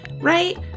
right